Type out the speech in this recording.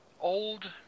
old –